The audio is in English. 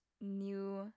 new